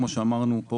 כמו שאמרנו,